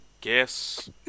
guess